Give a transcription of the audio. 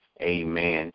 amen